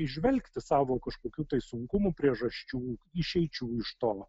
įžvelgti savo kažkokių tai sunkumų priežasčių išeičių iš tolo